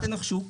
תנחשו.